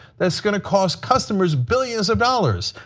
that's going to cost customers billions of dollars